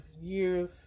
years